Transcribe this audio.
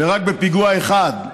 רק בפיגוע אחד,